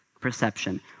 perception